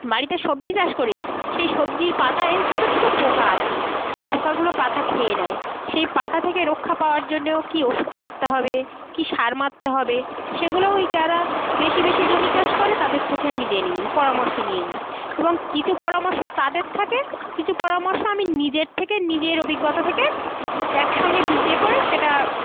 বাড়িতে সবজি চাষ করেছি সেই সবজির পাতায় ছোটো ছোটো পোকা আছে সেই পোকাগুলো পাতা খেয়ে নেয় সেই পাতা থেকে রক্ষা পাওয়ার জন্যেও কী ওষুধ মারতে হবে কী সার মারতে হবে সেগুলো ওই যারা বেশি বেশি জমি চাষ করে তাদের থেকে আমি জেনে নিই পরামর্শ নিয়ে নিই এবং কিছু পরামর্শ তাদের থাকে কিছু পরামর্শ আমি নিজের থেকে নিজের অভিজ্ঞতা থেকে একসঙ্গে ইয়ে করে সেটা